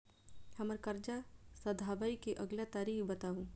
हम्मर कर्जा सधाबई केँ अगिला तारीख बताऊ?